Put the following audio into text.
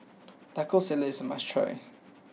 Taco Salad is a must try